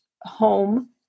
home